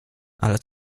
ale